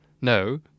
No